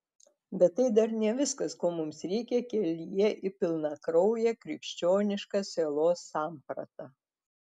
bet tai dar ne viskas ko mums reikia kelyje į pilnakrauję krikščionišką sielos sampratą